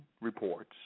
reports